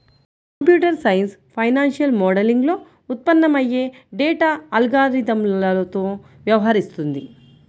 computer science financial మోడలింగ్లో ఉత్పన్నమయ్యే data అల్గారిథమ్లతో వ్యవహరిస్తుంది